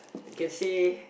you can say